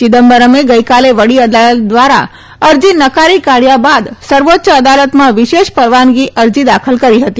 ચિદમ્બરમે ગઈકાલે વડી અદાલત દ્વારા અરજી નકારી કાઢ્યા બાદ સર્વોચ્ય અદાલતમાં વિશેષ પરવાનગી અરજી દાખલ કરી હતી